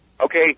okay